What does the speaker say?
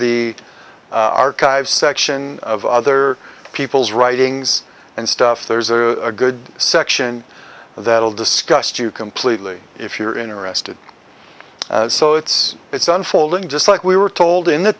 the archives section of other people's writings and stuff there's a good section that will discussed you completely if you're interested so it's it's unfolding just like we were told in the